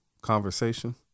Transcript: conversation